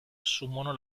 assumono